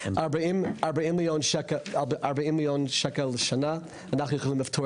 ו-40 מיליון שקל לשנה ואנחנו יכולים לפתור